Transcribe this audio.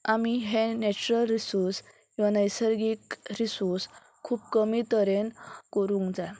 आमी हे natural resource किंवां नैसर्गीक रिसोर्स खूब कमी तरेन करूंक जाय